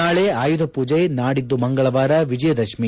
ನಾಳೆ ಆಯುಧ ಪೂಜೆ ನಾಡಿದ್ದು ಮಂಗಳವಾರ ವಿಜಯದಶಮಿ